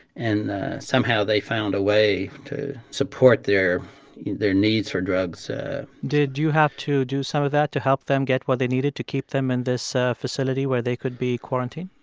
and somehow, they found a way to support their their needs for drugs did you have to do some of that to help them get what they needed to keep them in this facility where they could be quarantined?